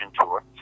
tour